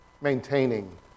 maintaining